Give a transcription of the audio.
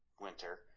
winter